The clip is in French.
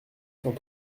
cent